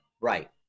Right